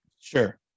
sure